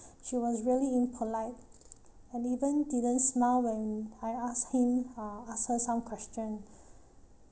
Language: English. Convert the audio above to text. she was really impolite and even didn't smile when I asked him uh asked her some question